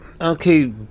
Okay